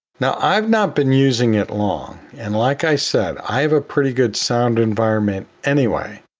now, i've not been using it long, and like i said, i have a pretty good sound environment anyway.